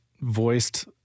voiced